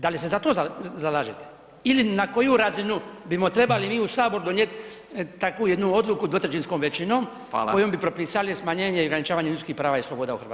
Da li se za to zalažete ili na koju razinu bimo trebali mi u Sabor donijet takvu jednu odluku dvotrećinskom većinom kojom bi propisali smanjenje i ograničavanje ljudskih prava i sloboda u Hrvatskoj?